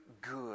good